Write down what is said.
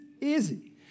easy